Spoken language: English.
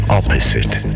opposite